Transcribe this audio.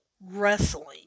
wrestling